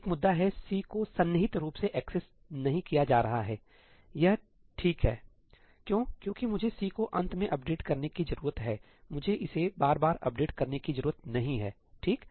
एक मुद्दा है C को सन्निहित रूप से एक्सेस नहीं किया जा रहा हैयह ठीक हैक्यों क्योंकि मुझे C को अंत में अपडेट करने की जरूरत है मुझे इसे बार बार अपडेट करने की जरूरत नहीं है ठीक